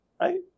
right